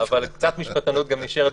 אבל תמיד גם משפטנות קצת נשארת,